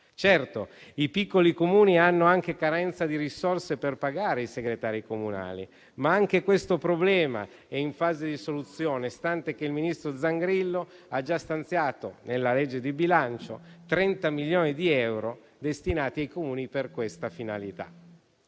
Certo, i piccoli Comuni hanno anche carenza di risorse per pagare i segretari comunali, ma questo problema pure è in fase di soluzione, stante che il ministro Zangrillo ha già stanziato nella legge di bilancio 30 milioni di euro, destinati ai Comuni per questa finalità.